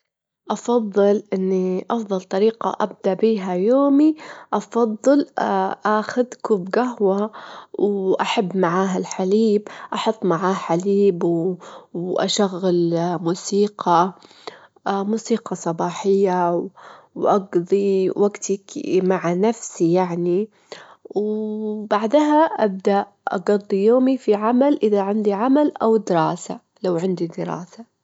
السلام العالمي ممكن إذا توافر توافرت الإرادة والتعاون بين الدول يتوفر السلام العالمي، لازم نركز على الحوار، نركز على حل النزاعات، ونركز على العدالة الإجتماعية.